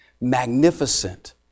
magnificent